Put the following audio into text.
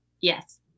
Yes